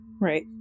right